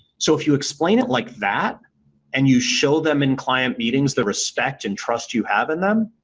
so, if you explain it like that and you show them in client meetings the respect and trust you have in them,